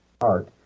art